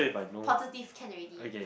positive can already